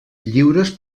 lliures